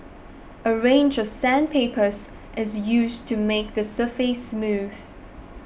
a range of sandpapers is used to make the surface smooth